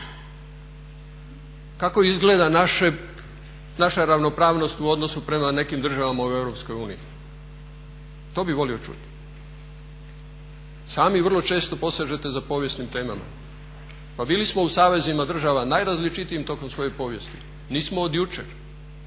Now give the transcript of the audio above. Kako izgleda naša ravnopravnost u odnosu prema nekim državama u Europskoj uniji to bih volio čuti. Sami vrlo često posežete za povijesnim temama. Pa bili smo u savezima država najrazličitijim tokom svoje povijesti. Nismo od jučer